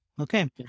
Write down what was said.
Okay